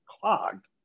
clogged